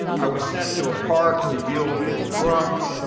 i was sent to a park to deal with a drunk.